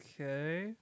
Okay